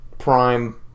prime